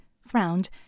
frowned